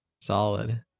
Solid